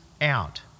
out